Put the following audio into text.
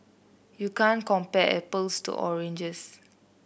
you can't compare apples to oranges